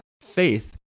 faith